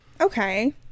Okay